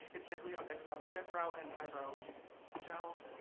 it's basically a mix of dipbrow and eyebrow gel,